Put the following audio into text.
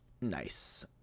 nice